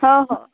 हो हो